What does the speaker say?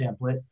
template